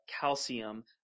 calcium